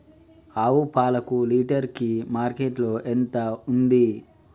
ఆవు పాలకు లీటర్ కి మార్కెట్ లో ఎంత ఉంది?